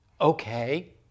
okay